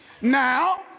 now